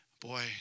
boy